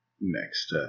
next